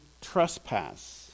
trespass